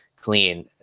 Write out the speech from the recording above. clean